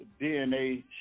DNA